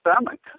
stomach